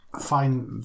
Fine